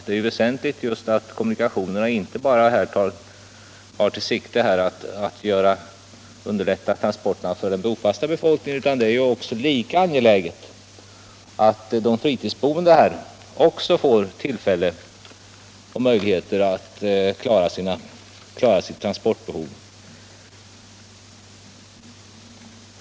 Det är väsentligt att förslagen inte bara tar sikte på att underlätta kommunikationerna för den bofasta befolkningen. Det är lika angeläget att de fritidsboende får möjligheter att klara sitt transportbehov.